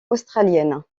australienne